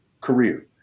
career